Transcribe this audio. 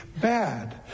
bad